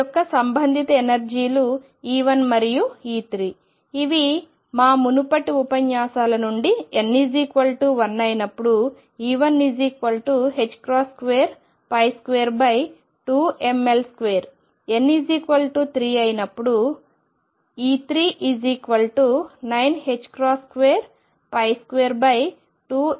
వీటి యొక్క సంబంధిత ఎనర్జీ లు E1 మరియుE3 ఇవి మా మునుపటి ఉపన్యాసాల నుండి n1 అయినప్పుడు E1 222mL2 n3 అయినప్పుడు E3 9222mL2